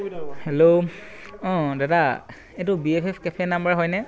hello অঁ দাদা এইটো B F F cafe number হয়নে